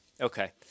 Okay